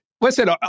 Listen